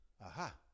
Aha